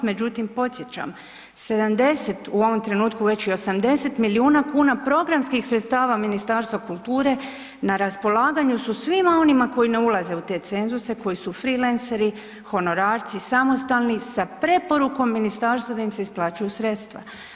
Međutim, podsjećam 70 u ovom trenutku već i 80 milijuna kuna programskih sredstava Ministarstva kulture na raspolaganju su svima onima koji ne ulaze u te cenzuse, koji su freelanceri, honorarci, samostalni sa preporukom ministarstva da im se isplaćuju sredstva.